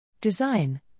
Design